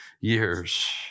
years